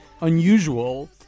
unusual